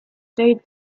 date